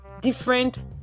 Different